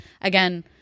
again